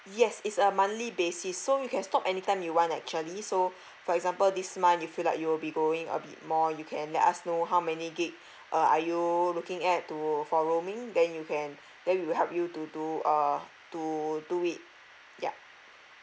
yes it's a monthly basis so you can stop anytime you want actually so for example this month you feel like you will be going a bit more you can let us know how many gig uh are you looking at to for roaming then you can then we will help you to do uh to do it ya